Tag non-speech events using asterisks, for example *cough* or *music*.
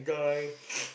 *breath*